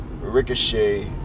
Ricochet